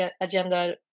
agenda